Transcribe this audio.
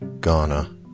Ghana